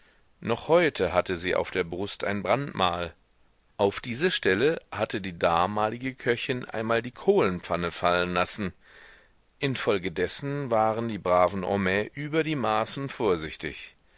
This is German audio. noch heute hatte sie auf der brust ein brandmal auf diese stelle hatte die damalige köchin einmal die kohlenpfanne fallen lassen infolgedessen waren die braven homais über die maßen vorsichtig